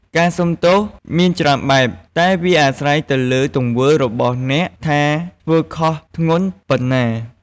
ការសុំទោសមានច្រើនបែប តែវាអាស្រ័យទៅលើទង្វើរបស់អ្នកថាធ្វើខុសធ្ងន់ប៉ុណ្ណា។